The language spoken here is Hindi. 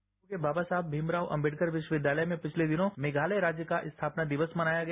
लखनऊ के बाबा साहब भीमराव अंबेडकर विश्वविद्यालय में पिछल दिनों मेघालय राज्य का स्थापना दिवस मनाया गया